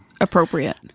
appropriate